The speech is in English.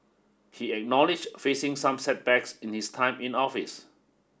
he acknowledged facing some setbacks in his time in office